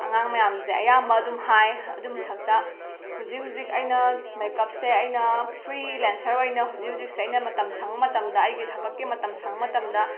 ꯑꯉꯥꯡ ꯃꯌꯥꯝꯖꯦ ꯑꯌꯥꯝꯕ ꯑꯗꯨꯝ ꯍꯥꯏ ꯑꯗꯨ ꯃꯊꯛꯇ ꯍꯧꯖꯤꯛ ꯍꯧꯖꯤꯛ ꯑꯩꯅ ꯃꯦꯀꯞꯁꯦ ꯑꯩꯅ ꯐ꯭ꯔꯤ ꯂꯦꯟꯁꯔ ꯑꯣꯏꯅ ꯍꯧꯖꯤꯛ ꯍꯧꯖꯤꯛꯁꯦ ꯑꯩꯅ ꯃꯇꯝ ꯁꯪꯕ ꯃꯇꯝꯗ ꯑꯩꯒꯤ ꯊꯕꯛꯀꯤ ꯃꯇꯝ ꯁꯪꯕ ꯃꯇꯝꯗ